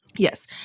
Yes